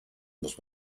muss